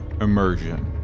Immersion